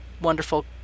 wonderful